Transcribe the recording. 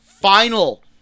final